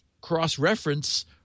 cross-reference